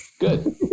Good